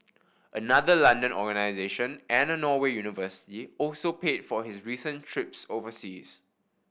another London organisation and a Norway university also paid for his recent trips overseas